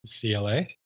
CLA